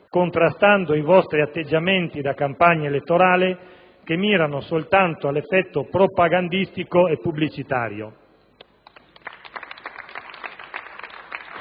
contrastando i vostri atteggiamenti da campagna elettorale, che mirano soltanto all'effetto propagandistico e pubblicitario.